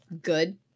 good